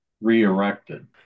re-erected